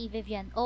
Vivian